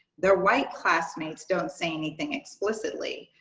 their white classmates don't say anything explicitly,